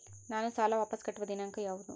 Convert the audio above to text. ನಾನು ಸಾಲ ವಾಪಸ್ ಕಟ್ಟುವ ದಿನಾಂಕ ಯಾವುದು?